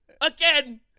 Again